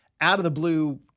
out-of-the-blue